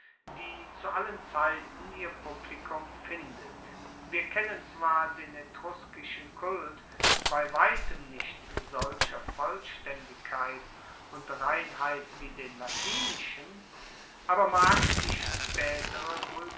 die zu allen zeiten ihr publikum findet wir kennen zwar den etruskischen kult bei weitem nicht in solcher vollstaendigkeit und reinheit wie den latinischen aber mag die spaetere